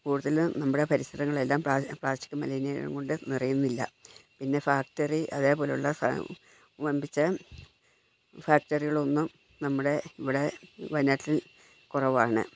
കൂടുതലും നമ്മുടെ പരിസരങ്ങളെല്ലാം പ്ലാ പ്ലാസ്റ്റിക് മലിനീകരണം കൊണ്ട് നിറയുന്നില്ല പിന്നെ ഫാക്റ്ററി അതേപോലെയുള്ള വമ്പിച്ച ഫാക്ടറികളൊന്നും നമ്മുടെ ഇവിടെ വയനാട്ടിൽ കുറവാണ്